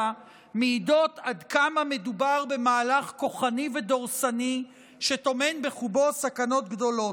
מעידות עד כמה מדובר במהלך כוחני ודורסני שטומן בחובו סכנות גדולות.